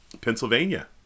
Pennsylvania